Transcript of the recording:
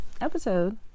episode